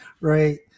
Right